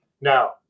Now